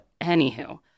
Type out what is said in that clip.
anywho